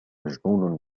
مجنون